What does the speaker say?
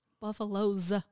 Buffaloes